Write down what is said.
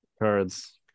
Cards